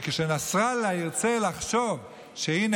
וכשנסראללה ירצה לחשוב שהינה,